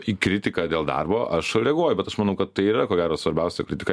į kritiką dėl darbo aš reaguoju bet aš manau kad tai ir yra ko gero svarbiausia kritika